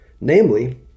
namely